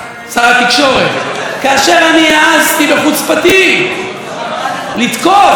כאשר אני העזתי בחוצפתי לתקוף את נושא ההתבוללות,